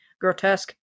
grotesque